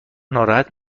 ناراحت